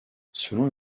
selon